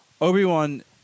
Obi-Wan-